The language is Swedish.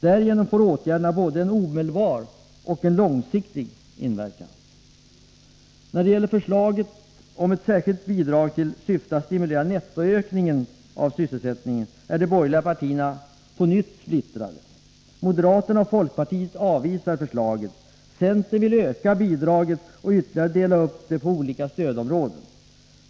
Därigenom får åtgärderna både en omedelbar och en långsiktig inverkan. När det gäller förslaget om ett särskilt bidrag i syfte att stimulera nettoökningen av sysselsättningen är de borgerliga partierna på nytt splittrade. Moderaterna och folkpartiet avvisar förslaget. Centern vill öka bidraget och ytterligare dela upp det på olika stödområden.